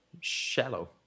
Shallow